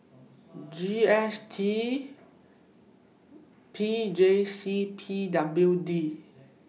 G S T P J C and P W D